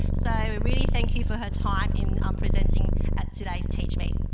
so we really thank her for her time in um presenting at today's teachmeet.